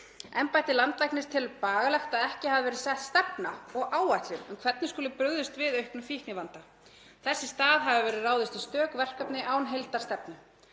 „Embætti landlæknis telur bagalegt að ekki hafi verið sett stefna og áætlun um hvernig skuli brugðist við auknum fíknivanda. Þess í stað hafi verið ráðist í stök verkefni án heildarstefnu.